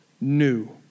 new